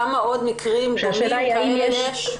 כמה עוד מקרים כאלה יש?